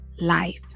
life